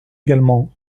également